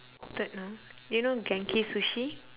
don't know do you know Genki Sushi